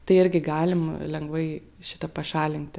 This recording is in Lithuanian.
tai irgi galima lengvai šitą pašalinti